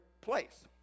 place